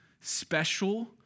special